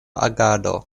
agado